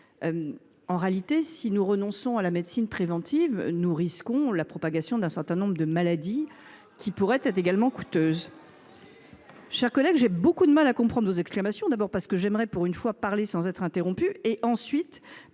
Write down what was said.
En réalité, si nous renonçons à la médecine préventive, nous risquons la propagation d’un certain nombre de maladies qui pourraient être également coûteuses. Ah, voilà ! Chers collègues, j’ai beaucoup de mal à comprendre vos exclamations ! Tout d’abord, j’aimerais, pour une fois, parler sans être interrompue. Ensuite,